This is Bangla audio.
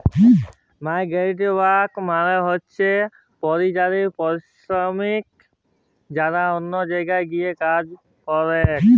মাইগ্রান্টওয়ার্কার মালে হইসে পরিযায়ী শ্রমিক যারা অল্য জায়গায় গিয়ে কাজ করেক